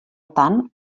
tant